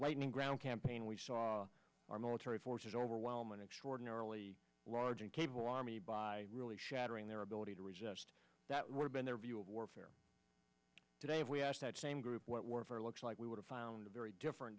lightning ground campaign we saw our military forces overwhelm an extraordinarily large and capable army by really shattering their ability to resist that we're been their view of warfare today if we asked that same group what warfare looks like we would have found a very different